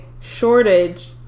shortage